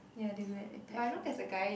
ya they do that they pack food for